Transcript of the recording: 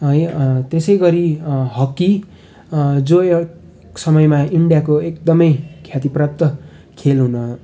यो त्यसै गरी हक्की जो एक समयमा इन्डियाको एकदमै ख्यातिप्राप्त खेल हुन